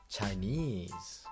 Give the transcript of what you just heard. Chinese